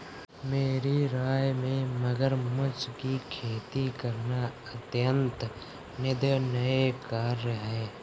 मेरी राय में मगरमच्छ की खेती करना अत्यंत निंदनीय कार्य है